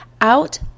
out